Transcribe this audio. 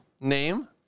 Name